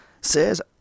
Says